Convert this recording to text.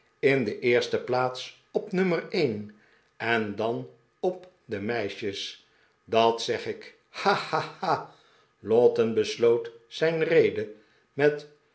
in de eerste plaats op nummer een en dan op de meisjes dat zeg ik ha ha ha lowten besloot zijn rede met